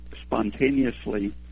spontaneously